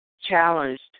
challenged